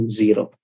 zero